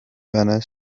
venus